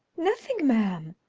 nothing, ma'am.